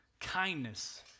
kindness